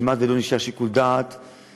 כמעט שלא נשאר לשר הפנים שיקול דעת במשרד,